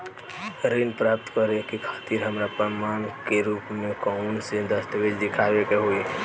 ऋण प्राप्त करे के खातिर हमरा प्रमाण के रूप में कउन से दस्तावेज़ दिखावे के होइ?